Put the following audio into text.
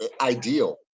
ideal